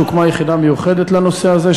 שהוקמה יחידה מיוחדת לנושא הזה,